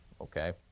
Okay